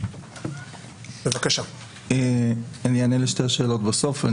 אני אענה בסוף לשתי השאלות בסוף.